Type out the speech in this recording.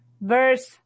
verse